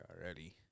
already